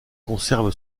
conserve